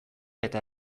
eta